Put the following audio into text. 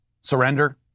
surrender